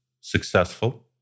successful